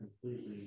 completely